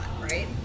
right